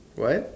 what